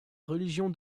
religion